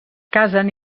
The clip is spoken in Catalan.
casen